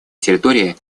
территории